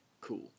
cool